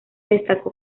destacó